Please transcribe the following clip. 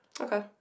Okay